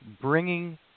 bringing